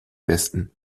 besten